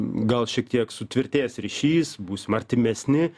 gal šiek tiek sutvirtės ryšys būsim artimesni